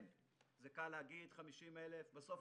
קל להגיד: 50,000, אבל בסוף